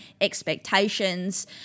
expectations